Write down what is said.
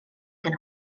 gan